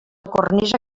cornisa